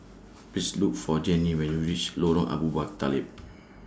Please Look For Jenny when YOU REACH Lorong Abu Talib